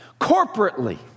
corporately